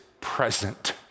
present